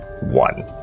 one